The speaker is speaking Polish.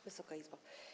Wysoka Izbo!